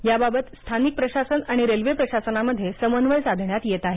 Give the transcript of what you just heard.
याबाबत स्थानिक प्रशासन आणि रेल्वे प्रशासनामध्ये समन्वय साधण्यात येत आहे